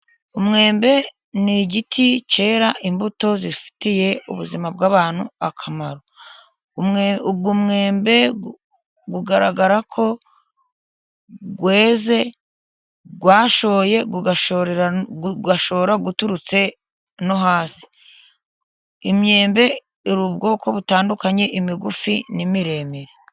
Umwembe ni igiti cyera imbuto zifitiye ubuzima bw'abantu akamaro. Uyu mwembe ugaragara ko weze washoye ugashora uturutse no hasi. Imyembe iri ubwoko butandukanye, imigufi n'imiremire.